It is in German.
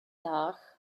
nach